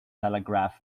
telegraph